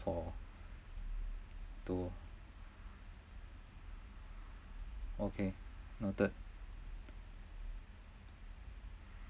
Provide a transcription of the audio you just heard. for two okay noted